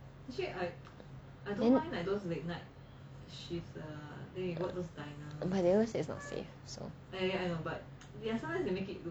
but they always say it's not safe so they I know but if you as long as you make it